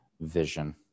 vision